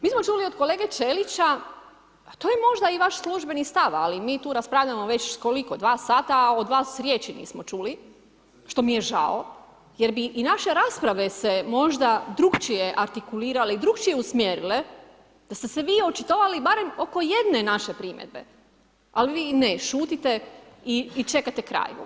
Mi smo čuli od kolege Ćelića a to je možda i vaš službeni stav ali mi tu raspravljamo već, koliko, dva sata, od vas riječi nismo čuli, što mi je žao jer bi i naše rasprave se možda drukčije artikulirale i drukčije usmjerile, da ste se vi očitovali barem oko jedne naše primjedbe, ali vi ne, šutite i čekate kraj.